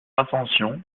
ascension